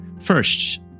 First